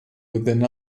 within